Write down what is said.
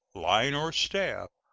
line or staff,